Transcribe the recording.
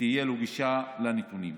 ותהיה לו גישה לנתונים.